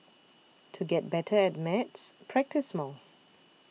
to get better at maths practise more